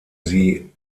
sie